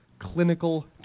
clinical